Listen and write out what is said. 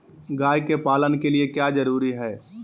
गाय के पालन के लिए क्या जरूरी है?